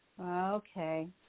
Okay